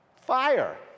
Fire